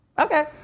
Okay